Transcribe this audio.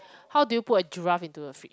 how do you put a giraffe into a fridge